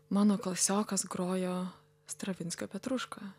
mano klasiokas grojo stravinskio petrušką